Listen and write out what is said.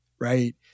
right